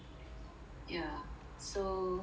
yeah so